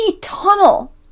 tunnel